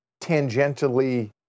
tangentially